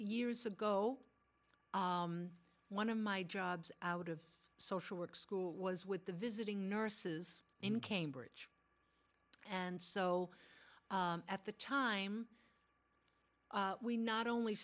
years ago one of my jobs out of social work school was with the visiting nurses in cambridge and so at the time we not only